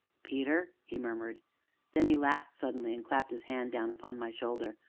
peter? he murmured then he laughed suddenly and clapped his hand down upon my shoulder.